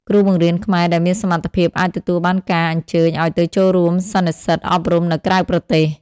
គ្រូបង្រៀនខ្មែរដែលមានសមត្ថភាពអាចទទួលបានការអញ្ជើញឱ្យទៅចូលរួមសន្និសីទអប់រំនៅក្រៅប្រទេស។